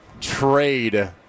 trade –